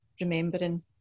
remembering